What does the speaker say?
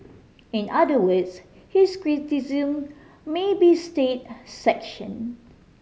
in other words his criticism may be state sanction